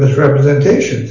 this representation